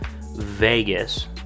Vegas